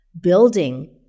building